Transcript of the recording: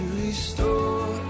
restore